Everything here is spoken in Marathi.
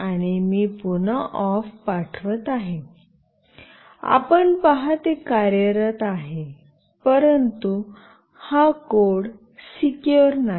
आणि मी पुन्हा ऑफ पाठवत आहे आपण पहा ते कार्यरत आहे परंतु हा कोड सेक्युर नाही